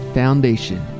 foundation